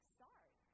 sorry